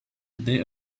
they